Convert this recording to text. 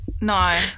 No